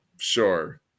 sure